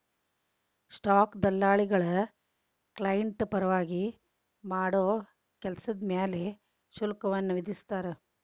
stock ದಲ್ಲಾಳಿಗಳ client ಪರವಾಗಿ ಮಾಡೋ ಕೆಲ್ಸದ್ ಮ್ಯಾಲೆ ಶುಲ್ಕವನ್ನ ವಿಧಿಸ್ತಾರ